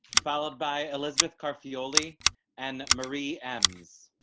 followed by elizabeth coffee ollie and marie ams